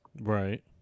Right